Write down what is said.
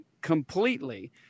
completely